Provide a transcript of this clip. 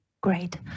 Great